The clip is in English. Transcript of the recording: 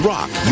Rock